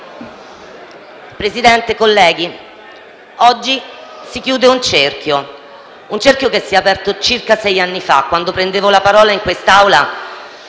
Presidente, colleghi, oggi si chiude un cerchio che si è aperto circa sei anni fa, quando prendevo la parola in quest'Assemblea